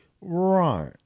right